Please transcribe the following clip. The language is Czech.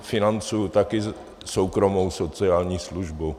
Financuji také soukromou sociální službu.